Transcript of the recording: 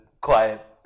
quiet